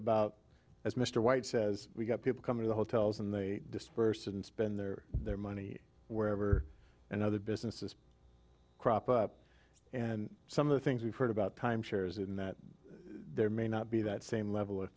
about as mr white says we've got people coming to the hotels and they disperse and spend their their money wherever and other businesses crop up and some of the things we've heard about timeshares in that there may not be that same level of